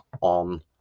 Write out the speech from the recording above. on